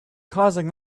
causing